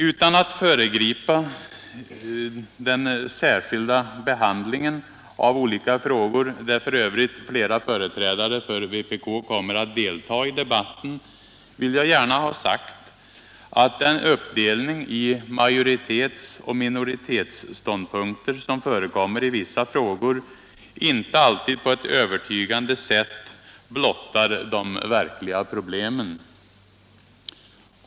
Utan att föregripa den särskilda behandlingen av olika frågor, där f. ö. flera företrädare för vpk kommer att delta, vill jag gärna ha sagt att den uppdelning i majoritetsoch minoritetsståndpunkter som förekommer i vissa frågor inte alltid på ett övertygande sätt blottar de verkliga problemen.